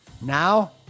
Now